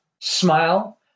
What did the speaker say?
Smile